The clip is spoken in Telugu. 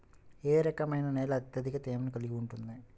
ఏ రకమైన నేల అత్యధిక తేమను కలిగి ఉంటుంది?